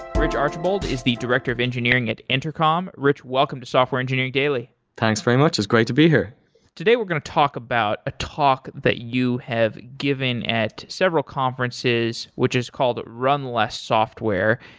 rich archbold is the director of engineering at intercom. rich, welcome to software engineering daily thanks very much. it's great to be here today we're going to talk about a talk that you have given at several conferences, which is called run less software.